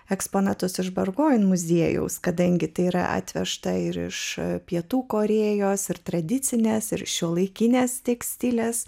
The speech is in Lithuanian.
eksponatus iš parko muziejaus kadangi tai yra atvežta ir iš pietų korėjos ir tradicinės ir šiuolaikinės tekstilės